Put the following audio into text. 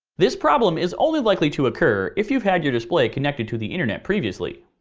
this problem is only likely to occur if you've had your display connected to the internet previously.